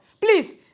Please